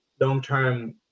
long-term